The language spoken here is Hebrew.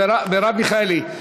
מרב מיכאלי,